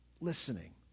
listening